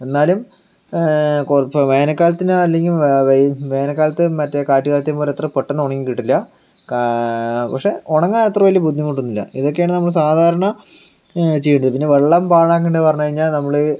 എന്നാലും കൊ ഇപ്പോൾ വേനൽ കാലത്ത് അല്ലെങ്കിലോ വേനൽ കാലത്ത് മറ്റേ കാറ്റ് കാലത്തെ പോലെ പെട്ടെന്ന് ഉണങ്ങി കിട്ടില്ല പക്ഷെ ഉണങ്ങാൻ അത്ര വലിയ ബുദ്ധിമുട്ടൊന്നുമില്ല ഇതൊക്കെയാണ് നമ്മൾ സാധാരണ ചെയ്യേണ്ടത് പിന്നെ വെള്ളം പാഴാക്കേണ്ടേ എന്ന് പറഞ്ഞു കഴിഞ്ഞാൽ നമ്മൾ